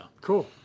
Cool